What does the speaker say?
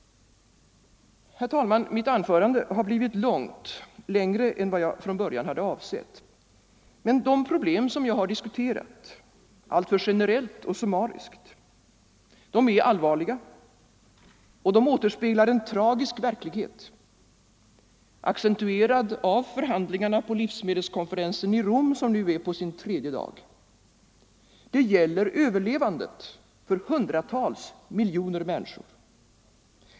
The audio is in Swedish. Herr talman! Mitt anförande har blivit långt, längre än vad jag från början hade avsett. Men de problem som jag har tagit upp till diskussion, alltför generellt och summariskt, är allvarliga och återspeglar en tragisk verklighet, accentuerad av förhandlingarna på livsmedelskonferensen i Rom, som nu är på sin tredje dag. Det gäller överlevandet för hundratals miljoner människor.